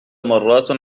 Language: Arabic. مرات